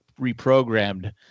reprogrammed